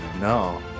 no